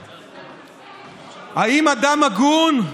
האם אדם הגון,